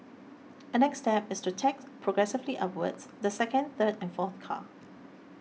a next step is to tax progressively upwards the second third and fourth car